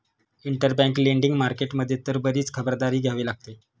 interbank lending market मध्ये तर बरीच खबरदारी घ्यावी लागते